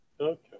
Okay